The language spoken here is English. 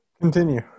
Continue